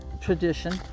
tradition